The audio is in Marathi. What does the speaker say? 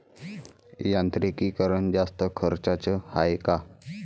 यांत्रिकीकरण जास्त खर्चाचं हाये का?